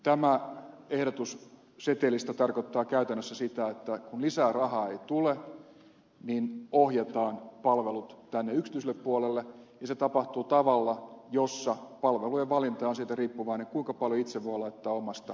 tämä ehdotus setelistä tarkoittaa käytännössä sitä että kun lisää rahaa ei tule niin ohjataan palvelut tänne yksityiselle puolelle ja se tapahtuu tavalla jossa palvelujen valinta on siitä riippuvainen kuinka paljon itse voi laittaa omasta pussista lisää rahaa